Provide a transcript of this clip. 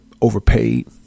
overpaid